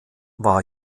war